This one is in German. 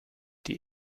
die